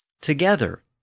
Together